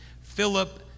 Philip